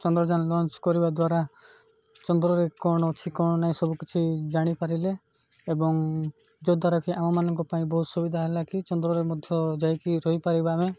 Chandrayaan launch କରିବା ଦ୍ୱାରା ଚନ୍ଦ୍ରରେ କ'ଣ ଅଛି କ'ଣ ନାହିଁ ସବୁକିଛି ଜାଣିପାରିଲେ ଏବଂ ଯଦ୍ୱାରା କିି ଆମମାନଙ୍କ ପାଇଁ ବହୁତ ସୁବିଧା ହେଲା କି ଚନ୍ଦ୍ରରେ ମଧ୍ୟ ଯାଇକି ରହିପାରିବା ଆମେ